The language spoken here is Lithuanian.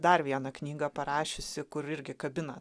dar vieną knygą parašiusi kur irgi kabina